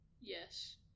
Yes